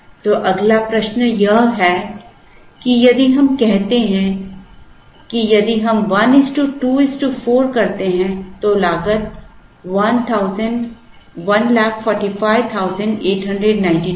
तो अगला प्रश्न यह है कि यदि हम कहते हैं कि यदि हम 124 करते हैं तो लागत 145892 है